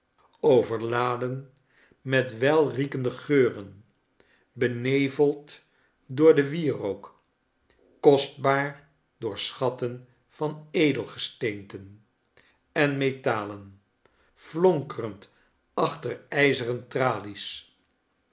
overladen met welriekende geuren beneveld door den wierook kostbaar door schatten van edelgesteenten en metalen flonkerend achter ijzeren tralies